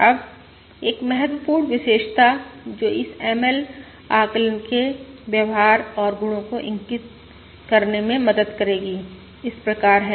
अब एक महत्वपूर्ण विशेषता जो इस ML आकलन के व्यवहार और गुणों को इंगित करने में मदद करेगी इस प्रकार है